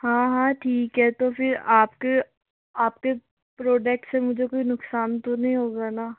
हाँ हाँ ठीक है तो फिर आपके आपके प्रोडक्ट से मुझे कोई नुकसान तो नहीं होगा ना